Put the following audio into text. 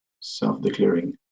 self-declaring